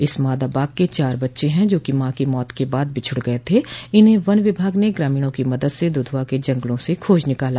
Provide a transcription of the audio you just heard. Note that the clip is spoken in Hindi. इस मादा बाघ के चार बच्चे ह जो कि मां की मौत के बाद बिछुड़ गये थे इन्हें वन विभाग ने ग्रामीणों की मदद से द्धवा के जंगलों से खोज निकाला